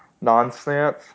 nonsense